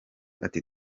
ati